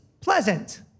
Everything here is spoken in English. pleasant